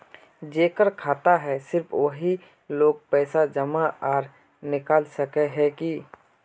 जेकर खाता है सिर्फ वही लोग पैसा जमा आर निकाल सके है की?